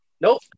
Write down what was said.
Nope